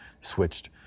switched